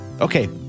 Okay